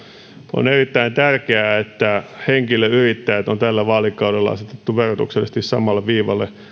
on erittäin tärkeää että henkilöyrittäjät on tällä vaalikaudella asetettu verotuksellisesti samalle viivalle